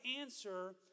answer